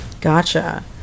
Gotcha